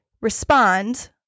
respond